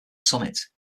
summit